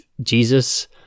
Jesus